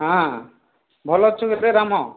ହାଁ ଭଲ ଅଛୁ କିରେ ରାମ